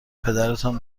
پدرتان